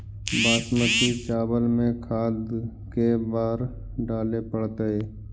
बासमती चावल में खाद के बार डाले पड़तै?